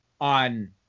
on